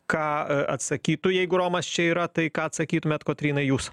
ką atsakytų jeigu romas čia yra tai ką atsakytumėt kotrynai jūs